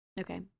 Okay